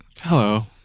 Hello